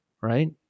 Right